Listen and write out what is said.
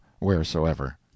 wheresoever